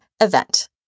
event